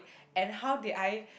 and how did I